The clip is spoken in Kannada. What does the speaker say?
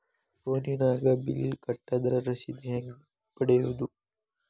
ಫೋನಿನಾಗ ಬಿಲ್ ಕಟ್ಟದ್ರ ರಶೇದಿ ಹೆಂಗ್ ಪಡೆಯೋದು?